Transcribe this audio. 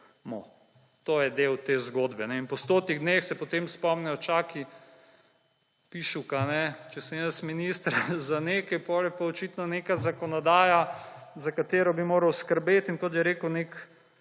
To je del te zgodbe. In po stotih dneh se potem spomnijo, čakaj, pišuka, če sem jaz minister za nekaj, potem je pa očitno neka zakonodaja, za katero bi moral skrbeti, in kot je rekel nek